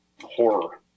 horror